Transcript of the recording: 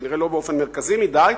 כנראה לא באופן מרכזי מדי,